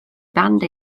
band